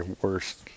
worst